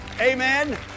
Amen